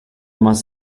must